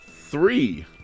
three